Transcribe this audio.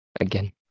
again